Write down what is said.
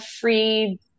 free